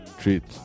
treat